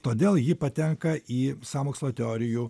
todėl ji patenka į sąmokslo teorijų